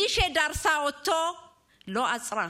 מי שדרסה אותו לא עצרה.